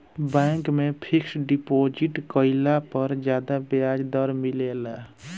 bank में fixed deposit कईला पर ज्यादा ब्याज दर मिलेला